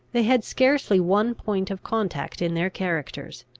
they had scarcely one point of contact in their characters.